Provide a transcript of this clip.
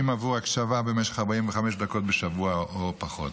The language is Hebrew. עבור הקשבה במשך 45 דקות בשבוע או פחות.